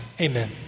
Amen